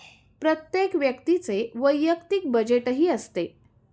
प्रत्येक व्यक्तीचे वैयक्तिक बजेटही असते